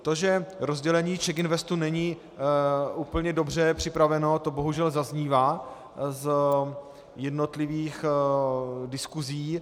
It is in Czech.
To, že rozdělení CzechInvestu není úplně dobře připraveno, to bohužel zaznívá z jednotlivých diskusí.